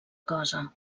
cosa